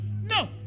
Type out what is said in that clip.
No